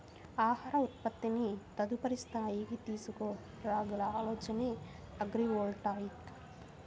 ఆహార ఉత్పత్తిని తదుపరి స్థాయికి తీసుకురాగల ఆలోచనే అగ్రివోల్టాయిక్